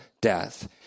death